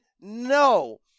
no